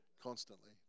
constantly